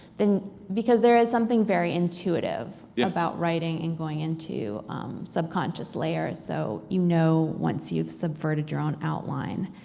than. because there is something very intuitive yeah about writing and going into subconscious layers. so you know once you've subverted your own outline,